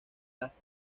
las